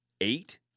eight